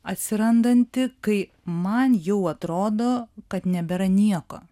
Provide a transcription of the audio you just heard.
atsirandanti kai man jau atrodo kad nebėra nieko